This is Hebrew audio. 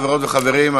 חברות וחברים,